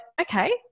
okay